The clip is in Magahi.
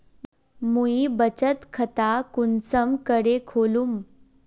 मुई बचत खता कुंसम करे खोलुम?